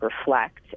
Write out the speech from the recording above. reflect